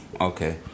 Okay